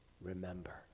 remember